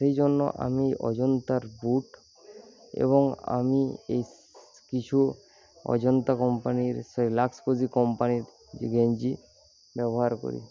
সেই জন্য আমি অজন্তার বুট এবং আমি এই কিছু অজন্তা কোম্পানির সেই লাক্স কোজি কোম্পানির যে গেঞ্জি ব্যবহার করি